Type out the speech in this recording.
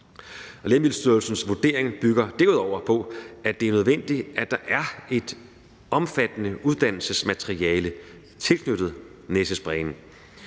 Lægemiddelstyrelsens vurdering bygger derudover på, at det er nødvendigt, at der er et omfattende uddannelsesmateriale tilknyttet næsesprayen.